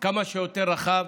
כמה שיותר רחב,